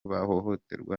bahohoterwa